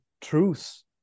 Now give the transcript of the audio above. truths